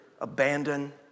abandon